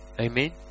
Amen